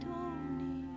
Tony